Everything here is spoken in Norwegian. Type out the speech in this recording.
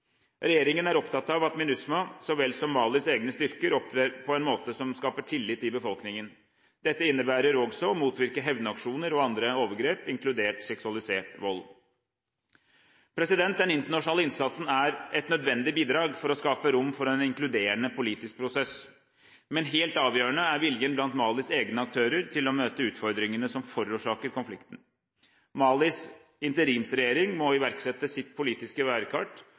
Regjeringen er opptatt av at MINUSMA, så vel som Malis egne styrker, opptrer på en måte som skaper tillit i befolkningen. Dette innebærer også å motvirke hevnaksjoner og andre overgrep, inkludert seksualisert vold. Den internasjonale innsatsen er et nødvendig bidrag for å skape rom for en inkluderende politisk prosess. Men helt avgjørende er viljen blant Malis egne aktører til å møte utfordringene som forårsaket konflikten. Malis interimsregjering må iverksette sitt politiske